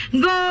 go